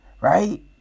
Right